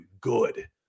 good